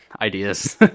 ideas